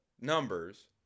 numbers